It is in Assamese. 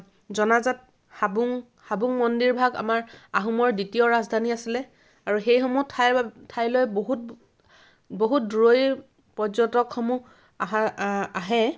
জনাজাত হাবুং হাবুং মন্দিৰভাগ আমাৰ আহোমৰ দ্বিতীয় ৰাজধানী আছিলে আৰু সেইসমূহ ঠাই ঠাইলৈ বহুত বহুত দূৰৈৰ পৰ্যটকসমূহ আহা আহে